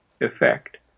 effect